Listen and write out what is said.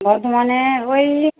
বর্ধমানে ওই